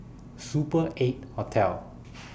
Super eight Hotel